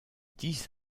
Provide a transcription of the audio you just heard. dix